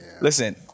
listen